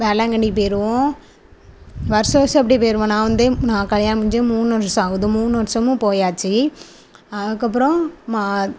வேளாங்கண்ணிக்கு போயிடுவோம் வருஷம் வருஷம் அப்படியே போயிடுவோம் நான் வந்தே நான் கல்யாணம் முடிஞ்சே மூணு வருஷம் ஆகுது மூணு வருஷமும் போயாச்சு அதுக்கப்புறம் மா